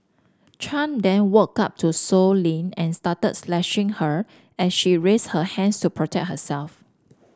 Chan then walked up to Sow Lin and started slashing her as she raised her hands to protect herself